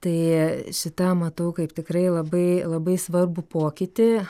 tai šitą matau kaip tikrai labai labai svarbų pokytį